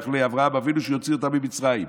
לאברהם אבינו שהוא יוציא אותם ממצרים.